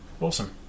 Awesome